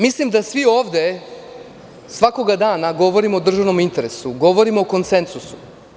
Mislim da svi ovde svakoga dana govorimo o državnom interesu, govorimo o konsenzusu.